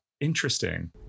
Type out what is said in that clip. interesting